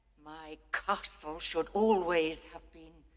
my castle should always have been.